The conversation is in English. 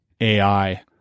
AI